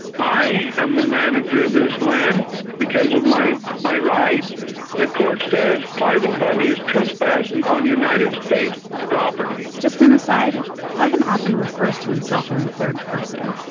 am the manager of this land because of my my rights. the court says cliven bundy is trespassing on united states property just an aside, cliven often refers to himself in the third person,